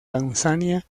tanzania